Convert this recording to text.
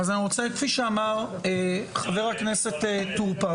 אז אני רוצה כפי שאמר חבר הכנסת טורפז.